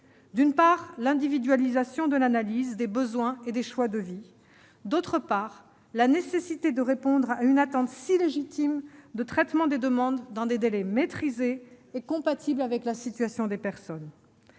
d'une part, l'individualisation de l'analyse des besoins et des choix de vie ; d'autre part, la nécessité de répondre à une attente si légitime de traitement des demandes dans des délais maîtrisés et compatibles avec la situation des personnes.